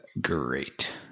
great